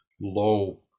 low